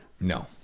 no